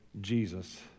Jesus